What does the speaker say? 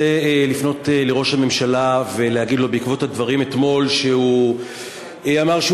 אני רוצה לפנות לראש הממשלה ולומר לו בעקבות הדברים שהוא אמר אתמול,